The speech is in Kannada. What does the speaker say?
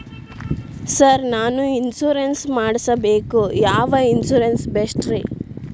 ಸರ್ ನಾನು ಇನ್ಶೂರೆನ್ಸ್ ಮಾಡಿಸಬೇಕು ಯಾವ ಇನ್ಶೂರೆನ್ಸ್ ಬೆಸ್ಟ್ರಿ?